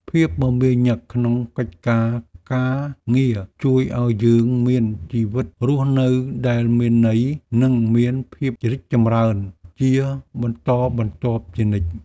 ភាពមមាញឹកក្នុងកិច្ចការងារជួយឱ្យយើងមានជីវិតរស់នៅដែលមានន័យ និងមានភាពរីកចម្រើនជាបន្តបន្ទាប់ជានិច្ច។